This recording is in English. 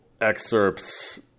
excerpts